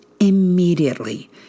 Immediately